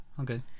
okay